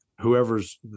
whoever's